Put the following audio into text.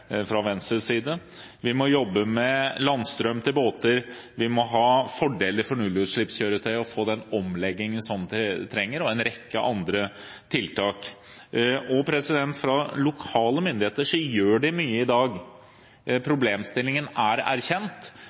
fra Venstres side. Vi må jobbe med landstrøm til båter, vi må ha fordeler for nullutslippskjøretøy og få den omleggingen som trengs der, og en rekke andre tiltak. Fra lokale myndigheters side gjøres det mye i dag. Problemstillingen er erkjent,